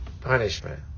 punishment